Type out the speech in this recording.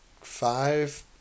five